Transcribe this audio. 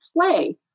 play